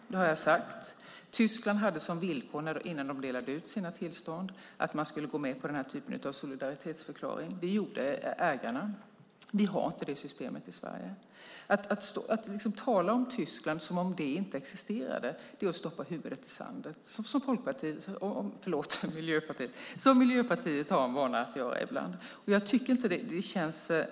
Fru talman! Tyskland är, som jag tidigare sagt, ett specialfall. Tyskland ställde som villkor, innan de delade ut sina tillstånd, att man skulle gå med på den här typen av solidaritetsförklaring. Det gjorde ägarna. I Sverige har vi inte det systemet. Att tala om Tyskland som om det inte existerade är att stoppa huvudet i sanden, något som man i Miljöpartiet ibland gör.